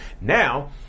Now